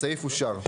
הסעיף אושר.